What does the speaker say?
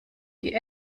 die